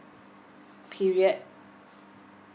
period